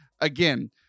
again